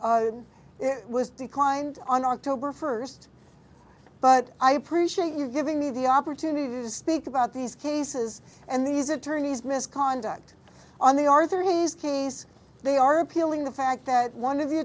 it was declined on october first but i appreciate you giving me the opportunity to speak about these cases and these attorneys misconduct on the arthur hayes case they are appealing the fact that one of the